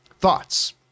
thoughts